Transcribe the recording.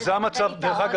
זה המצב היום.